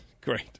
Great